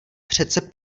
přece